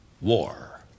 War